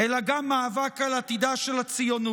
אלא גם מאבק על עתידה של הציונות.